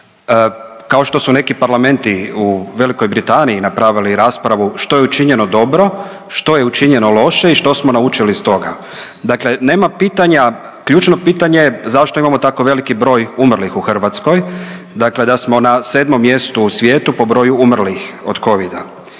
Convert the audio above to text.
kao što su neki parlamenti u Velikoj Britaniji napravili raspravu što je učinjeno dobro, što je učinjeno loše i što smo naučili iz toga. Dakle, nema pitanja, ključno pitanje je zašto imamo tako veliki broj umrlih u Hrvatskoj, dakle da smo na 7 mjestu u svijetu po broju umrlih od covida.